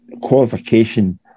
qualification